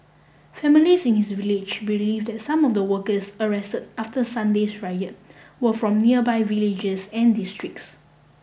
families in his village believe that some of the workers arrest after Sunday's riot were from nearby villages and districts